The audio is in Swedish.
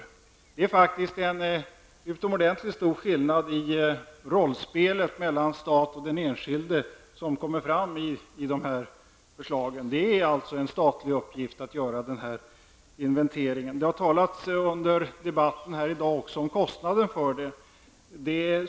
Det är faktiskt i de här förslagen en utomordentligt stor skillnad när det gäller rollspelet mellan staten och den enskilde. Det är alltså en statlig uppgift att göra den här inventeringen. Det har under debatten i dag också talats om kostnaden för denna inventering.